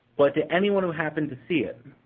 but to anyone who happened to see it.